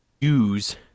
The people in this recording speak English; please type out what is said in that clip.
use